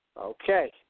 Okay